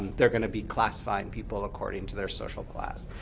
they're going to be classifying people according to their social class.